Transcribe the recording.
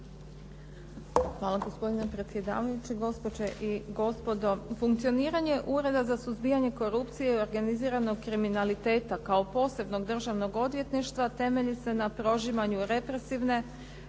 Hvala. Gospodine predsjedavajući, gospođe i gospodo. Funkcioniranje Ureda za suzbijanje korupcije i organiziranog kriminaliteta kao posebnog državnog odvjetništva temelji se na prožimanju represivne,